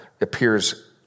appears